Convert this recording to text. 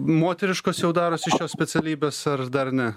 moteriškos jau darosi šios specialybės ar dar ne